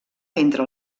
entre